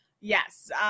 Yes